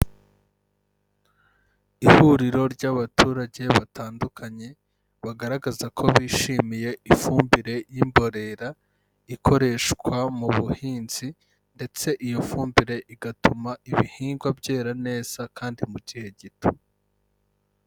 Ihuriro ry'abaturage batandukanye bagaragaza ko bishimiye ifumbire y'imborera ikoreshwa mu buhinzi ndetse iyo fumbire igatuma ibihingwa byera neza kandi mu gihe gito.